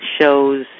shows